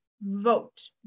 vote